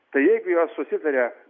tai jeigu jos susitaria